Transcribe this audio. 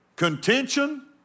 contention